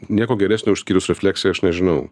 nieko geresnio išskyrus refleksiją aš nežinau